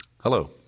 Hello